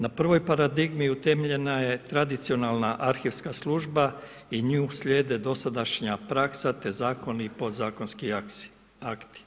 Na prvoj paradigmi, utemeljena je tradicionalna arhivska služba i nju slijede dosadašnja praksa te zakoni podzakonski akti.